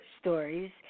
stories